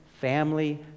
family